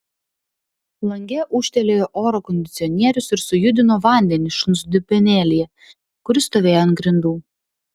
lange ūžtelėjo oro kondicionierius ir sujudino vandenį šuns dubenėlyje kuris stovėjo ant grindų